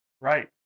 Right